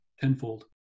tenfold